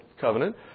covenant